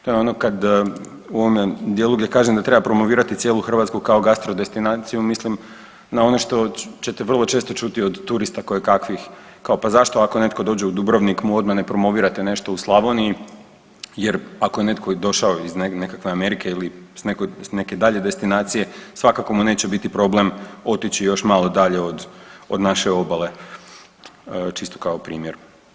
To je ono kad u ovome dijelu gdje kažem da treba promovirati cijelu Hrvatsku kao gastro destinaciju mislim na ono što ćete vrlo često čuti od turista koje kakvih kao pa zašto ako netko dođe u Dubrovnik mu odmah ne promovirate nešto u Slavoniji jer ako je netko i došao iz nekakve Amerike ili s neke dalje destinacije svakako mu neće biti problem otići još malo dalje od naše obale, čisto kao primjer.